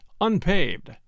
unpaved